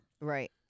Right